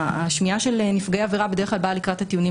השמיעה של נפגעי עבירה בדרך כלל באה לקראת הטיעונים